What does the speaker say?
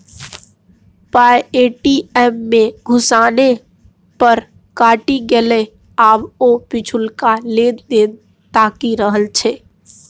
पाय ए.टी.एम मे घुसेने पर कटि गेलै आब ओ पिछलका लेन देन ताकि रहल छै